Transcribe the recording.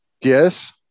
Yes